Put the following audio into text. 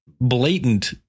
blatant